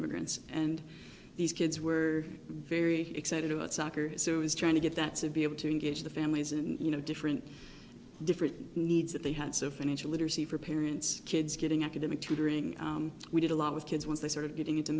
immigrants and these kids were very excited about soccer as it was trying to get that to be able to engage the families and you know different different needs that they had so financial literacy for parents kids getting academic tutoring we did a lot with kids once they started getting into